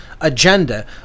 agenda